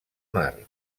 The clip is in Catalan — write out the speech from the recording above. mar